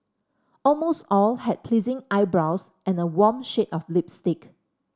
almost all had pleasing eyebrows and a warm shade of lipstick